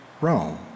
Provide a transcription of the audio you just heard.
Rome